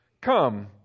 Come